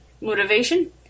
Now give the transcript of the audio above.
motivation